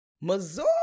Missouri